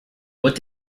what